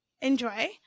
enjoy